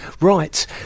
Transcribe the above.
Right